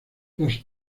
las